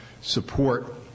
support